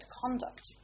conduct